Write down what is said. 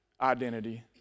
identity